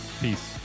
peace